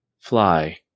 fly